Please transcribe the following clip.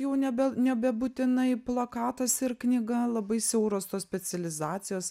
jau nebe nebebūtinai plakatas ir knyga labai siauros tos specializacijos